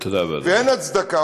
ואין הצדקה.